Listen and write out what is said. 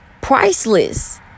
priceless